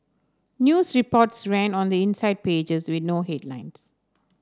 news reports ran on the inside pages with no headlines